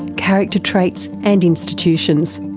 character traits, and institutions.